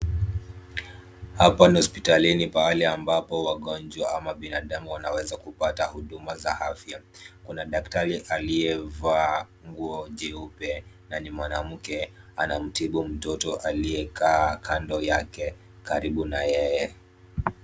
Hapa ni hospitalini pahali ambapo wagonjwa ama binadamu wanaweza kupata huduma za afya. Kuna daktari aliyevaa nguo jeupe na ni mwanamke anamtibu mtoto aliyekaa kando yake karibu na yeye.